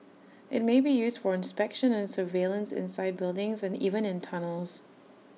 IT may be used for inspection and surveillance inside buildings and even in tunnels